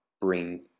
bring